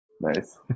Nice